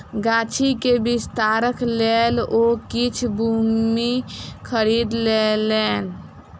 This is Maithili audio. गाछी के विस्तारक लेल ओ किछ भूमि खरीद लेलैन